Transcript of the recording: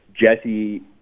Jesse